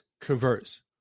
converts